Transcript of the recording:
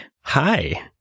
Hi